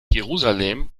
jerusalem